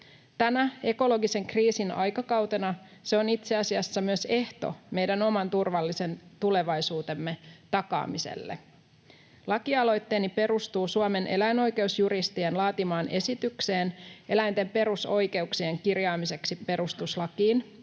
Tänä ekologisen kriisin aikakautena se on itse asiassa myös ehto meidän oman turvallisen tulevaisuutemme takaamiselle. Lakialoitteeni perustuu Suomen eläinoikeusjuristien laatimaan esitykseen eläinten perusoikeuksien kirjaamiseksi perustuslakiin,